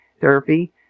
therapy